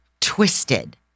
twisted